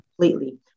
completely